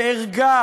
בערגה